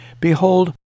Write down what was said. Behold